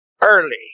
early